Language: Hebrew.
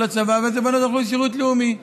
לצבא ואיזה בנות הלכו לשירות לאומי.